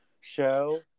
show